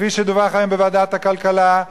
כפי שדווח היום בוועדת הכלכלה,